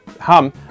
hum